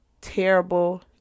terrible